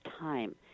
time